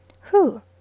Who